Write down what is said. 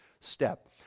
step